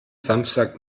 samstag